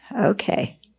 Okay